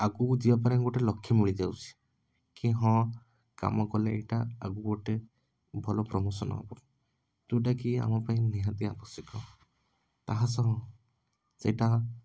ଆଗକୁ ଯିବାପାଇଁ ଗୋଟେ ଲକ୍ଷ ମିଳିଯାଉଛି କି ହଁ କାମ କଲେ ଏଇଟା ଆଗକୁ ଗୋଟେ ଭଲ ପ୍ରମୋସନ୍ ହେବ ଯେଉଁଟାକି ଆମ ପାଇଁ ନିହାତି ଆବଶ୍ୟକ ତାହା ସହ ସେଇଟା